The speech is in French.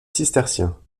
cisterciens